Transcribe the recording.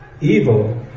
Evil